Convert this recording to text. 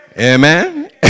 Amen